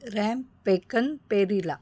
RAM पेकन पेरीला